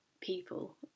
people